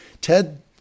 Ted